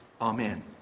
Amen